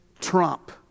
trump